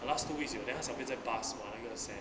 the last two weeks 有 then 他小便在 bus !wah! 那个 sad